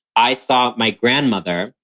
i saw my grandmother,